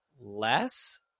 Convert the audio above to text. less